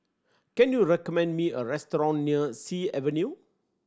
can you recommend me a restaurant near Sea Avenue